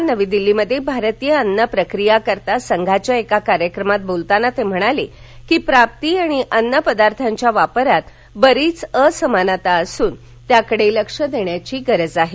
आज नविदिल्लीत भारतीय अन्न प्रक्रियाकर्ता संघाच्या एका कार्यक्रमात बोलताना ते म्हणाले प्राप्ती आणि अन्न पदार्थांच्या वापरात बरीच असमानता असून त्याकडे लक्ष देण्याची गरज आहे